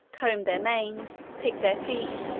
comb their manes, pick their feet,